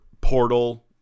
portal